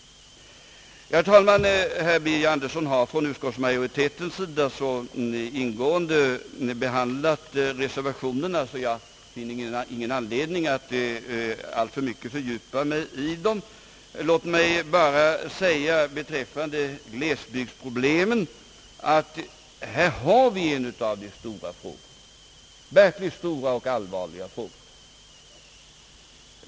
Herr Birger Andersson har som talesman för utskottsmajoriteten så ingående behandlat reservationerna, att jag inte finner någon anledning att alltför mycket fördjupa mig i dem. Låt mig bara beträffande glesbygdsproblemen säga, att detta är en av de verkligt stora och allvarliga frågorna.